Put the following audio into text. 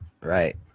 Right